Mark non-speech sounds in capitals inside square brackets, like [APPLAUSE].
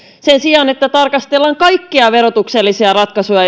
sen sijaan että tarkastellaan kaikkia verotuksellisia ratkaisuja [UNINTELLIGIBLE]